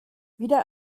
wieder